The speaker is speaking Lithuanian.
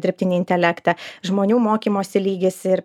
dirbtinį intelektą žmonių mokymosi lygis ir